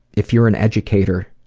if you're an educator,